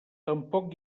tampoc